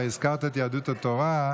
אתה הזכרת את יהדות התורה,